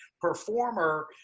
performer